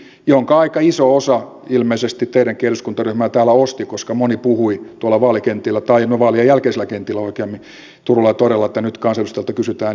se oli tämmöinen hupsheijaatrikki jonka aika iso osa ilmeisesti teidänkin eduskuntaryhmästä osti koska moni puhui tuolla vaalien jälkeisillä kentillä turuilla ja toreilla että nyt kansanedustajilta kysytään enemmän